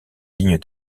lignes